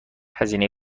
هزینه